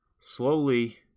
slowly